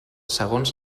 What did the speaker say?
segons